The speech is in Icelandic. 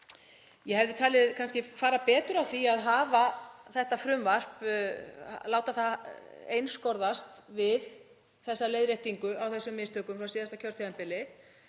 Ég hefði talið fara betur á því að láta þetta frumvarp einskorðast við þessa leiðréttingu á þessum mistökum frá síðasta kjörtímabili